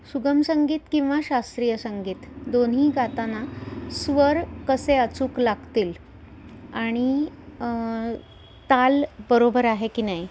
सुगम संगीत किंवा शास्त्रीय संगीत दोन्ही गाताना स्वर कसे अचूक लागतील आणि ताल बरोबर आहे की नाही